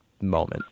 moment